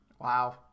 wow